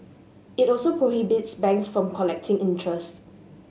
it also prohibits banks from collecting interest